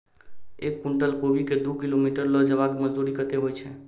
एक कुनटल कोबी केँ दु किलोमीटर लऽ जेबाक मजदूरी कत्ते होइ छै?